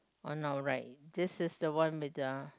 or no right this is the one with the